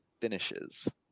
finishes